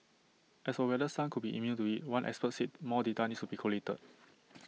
as for whether some could be immune to IT one expert said more data needs to be collated